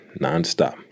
nonstop